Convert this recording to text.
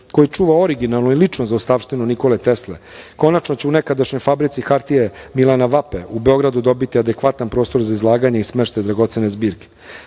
koji čuva originalnu i ličnu zaostavštinu Nikole Tesle, konačno će u nekadašnjoj fabrici hartije „Milana Vape“ u Beogradu dobiti adekvatan prostor za izlaganje i smeštaj dragocene